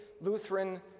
Lutheran